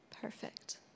Perfect